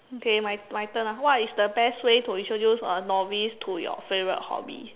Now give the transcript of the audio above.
okay my my turn lah what is the best way to introduce a novice to your favorite hobby